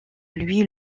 louis